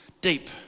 deep